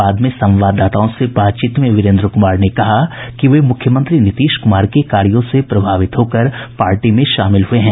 बाद में संवाददाताओं से बातचीत में वीरेन्द्र कुमार ने कहा कि वे मुख्यमंत्री नीतीश कुमार के कार्यों से प्रभावित होकर पार्टी में शामिल हुए हैं